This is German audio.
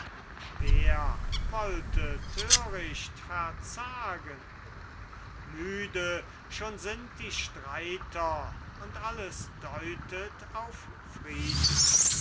wer wollte töricht verzagen müde schon sind die streiter und alles deutet auf frieden